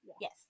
yes